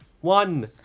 one